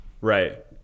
Right